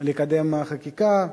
לקדם חקיקה,